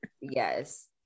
Yes